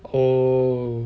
oh